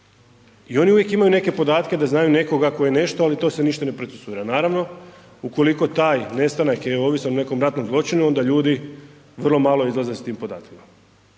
i oni uvijek imaju neke podatke da znaju nekoga ko je nešto, ali to se ništa ne procesuira. Naravno, ukoliko taj nestanak je ovisan o nekom ratnom zločinu onda ljudi vrlo malo izlaze s tim podacima,